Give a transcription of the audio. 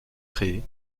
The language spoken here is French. créé